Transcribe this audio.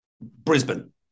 brisbane